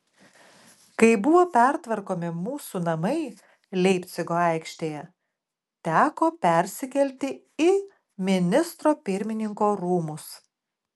kai buvo pertvarkomi mūsų namai leipcigo aikštėje teko persikelti į ministro pirmininko rūmus